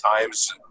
times